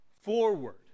forward